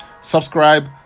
Subscribe